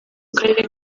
karere